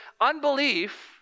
unbelief